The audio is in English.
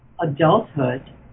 adulthood